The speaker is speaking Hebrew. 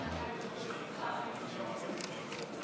ההסתייגות לא התקבלה.